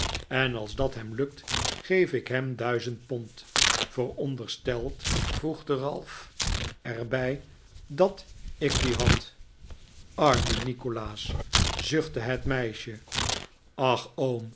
en als dat hem lukt geef ik hem duizend pond verondersteld voegde ralph er bij dat ik die had arme nikolaas zuchtte het meisje ach oom